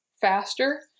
faster